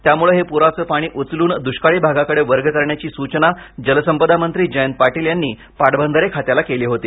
त्यामुळे हे पूराचे पाणी उचलून दृष्काळी भागाकडे वर्ग करण्याची सुचना जलसंपदामंत्री जयंत पाटील यांनी पाटबंधारे खात्याला केली होती